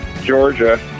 Georgia